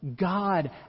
God